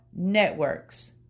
networks